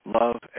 love